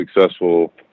successful